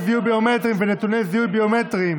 זיהוי ביומטריים ונתוני זיהוי ביומטריים